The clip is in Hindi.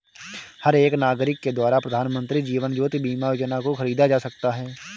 हर एक नागरिक के द्वारा प्रधानमन्त्री जीवन ज्योति बीमा योजना को खरीदा जा सकता है